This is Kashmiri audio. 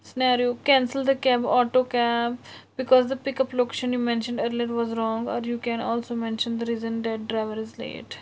scenario cancel the cab auto cab because the pick up location you mentioned earlier was wrong are you can also mention the reason that driver is late